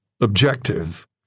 objective